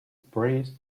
prays